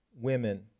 Women